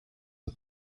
the